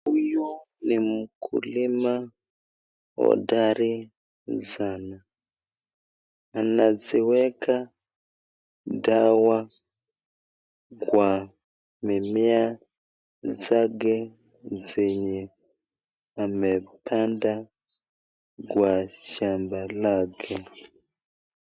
Huyu ni mkulima hodari sana, anaziweka dawa kwa mimea zake zenye amepanda kwa shamba lake.